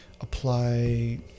apply